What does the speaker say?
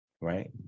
right